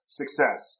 success